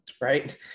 right